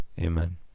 Amen